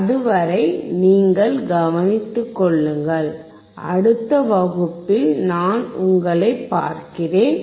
அதுவரை நீங்கள் கவனித்துக் கொள்ளுங்கள் அடுத்த வகுப்பில் நான் உங்களைப் பார்க்கிறேன்